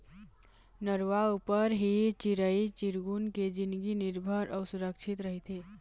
नरूवा ऊपर ही चिरई चिरगुन के जिनगी निरभर अउ सुरक्छित रहिथे